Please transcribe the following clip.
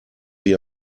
wie